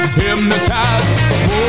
hypnotized